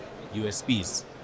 USPs